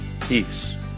peace